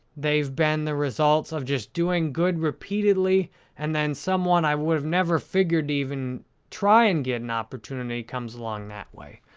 they've been the results of just doing good repeatedly and then someone i would have never figured to even try and get an opportunity comes along that way.